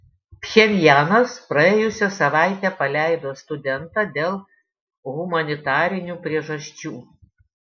pchenjanas praėjusią savaitę paleido studentą dėl humanitarinių priežasčių